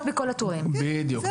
בדיוק.